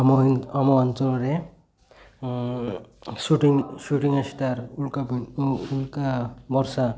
ଆମ ଏହି ଆମ ଅଞ୍ଚଳରେ ସୁଟିଂ ସୁଟିଂ ଷ୍ଟାର ଉଲକା ଉଲକା ବର୍ଷା